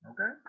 Okay